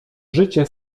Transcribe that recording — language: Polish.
życie